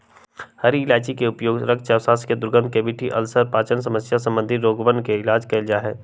हरी इलायची के उपयोग रक्तचाप, सांस के दुर्गंध, कैविटी, अल्सर और पाचन समस्या संबंधी रोगवन के इलाज ला कइल जा हई